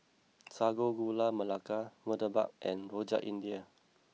Sago Gula Melaka Murtabak and Rojak India